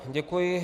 Děkuji.